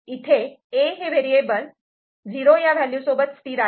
इथे A हे variable '0' या व्हॅल्यूसोबत स्थिर आहे